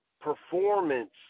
performance